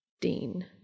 Dean